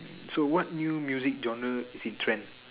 so what new music genre is in trend